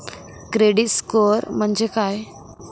Credit score म्हणजे काय?